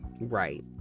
Right